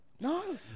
No